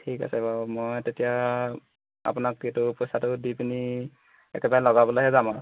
ঠিক আছে বাৰু মই তেতিয়া আপোনাক এইটো পইচাটো দি পিনি একেবাৰে লগাবলৈহে যাম আৰু